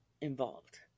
involved